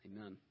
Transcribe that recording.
Amen